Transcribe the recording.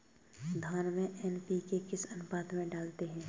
धान में एन.पी.के किस अनुपात में डालते हैं?